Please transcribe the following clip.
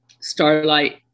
starlight